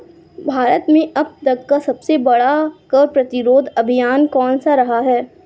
भारत में अब तक का सबसे बड़ा कर प्रतिरोध अभियान कौनसा रहा है?